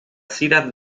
cidade